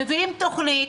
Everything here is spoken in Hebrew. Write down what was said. מביאים תכנית